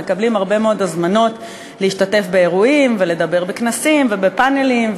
מקבלים הרבה מאוד הזמנות להשתתף באירועים ולדבר בכנסים ובפאנלים,